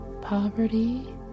poverty